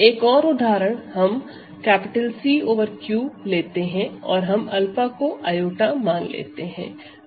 एक और उदाहरण हम C ओवर Q लेते हैं और हम 𝛂 को i मान लेते हैं